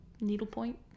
needlepoint